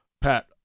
Pat